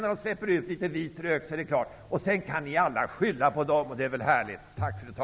När de släpper ut litet vit rök ur skorsstenen är de klara med förslagen. Då kan ni alla skylla på dem. Det är väl härligt!